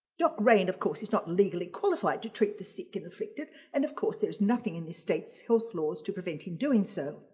doc raine of course he's not legally qualified to trick the sick and afflicted and of course there is nothing in the state's health laws to prevent him doing so,